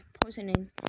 poisoning